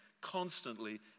constantly